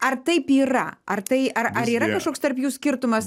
ar taip yra ar tai ar ar yra kažkoks tarp jų skirtumas